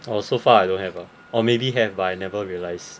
oh was so far I don't lah or maybe have but I never realise